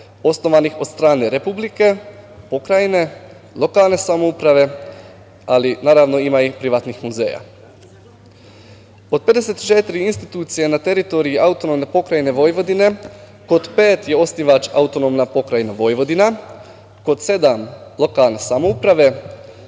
osnovanih od strane Republike, pokrajine, lokalne samouprave, ali ima i privatnih muzeja. Od 54 institucije na teritoriji AP Vojvodine, kod pet je osnivač AP Vojvodina, kod sedam lokalne samouprave,